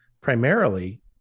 primarily